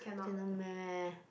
cannot meh